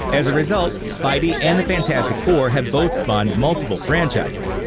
as a result, spidey and the fantastic four have both spawned multiple franchises,